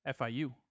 FIU